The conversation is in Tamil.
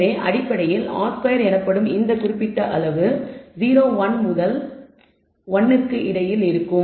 எனவே அடிப்படையில் r ஸ்கொயர் எனப்படும் இந்த குறிப்பிட்ட அளவு 0 முதல் 1 வரை இருக்கும்